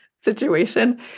situation